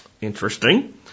interesting